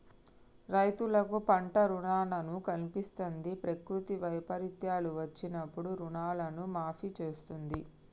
రైతులకు పంట రుణాలను కల్పిస్తంది, ప్రకృతి వైపరీత్యాలు వచ్చినప్పుడు రుణాలను మాఫీ చేస్తుంది